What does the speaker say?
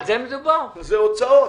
אלה הוצאות.